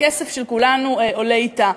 הכסף שלנו עולה אתה.